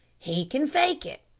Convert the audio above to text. he can fake it,